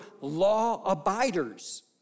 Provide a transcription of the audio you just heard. law-abiders